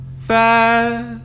fast